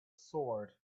sword